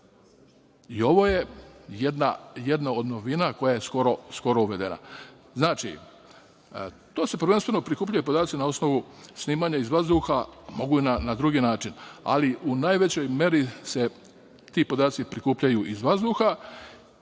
Ovo je jedna od novina koja je skoro uvedena. Tu se prvenstveno prikupljaju podaci na osnovu snimanja iz vazduha, a mogu i na druge načine, ali u najvećoj meri se ti podaci prikupljaju iz vazduha.